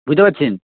বুঝতে পারছেন